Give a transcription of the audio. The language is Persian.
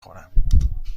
خورم